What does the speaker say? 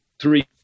three